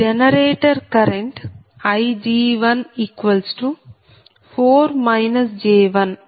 generator current Ig14 j14